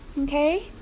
Okay